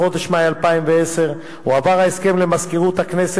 בחודש מאי 2010 הועבר ההסכם למזכירות הכנסת